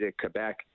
Quebec